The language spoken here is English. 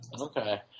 Okay